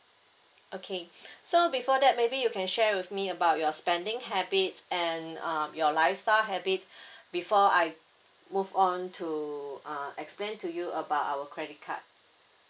okay so before that maybe you can share with me about your spending habits and um your lifestyle habit before I move on to uh explain to you about our credit card